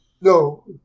No